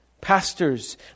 pastors